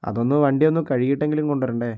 അതൊന്ന് വണ്ടി ഒന്ന് കഴുകിയിട്ടെങ്കിലും കൊണ്ടുവരണ്ടേ